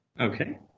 Okay